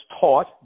taught